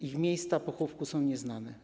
Ich miejsca pochówku są nieznane.